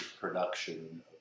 production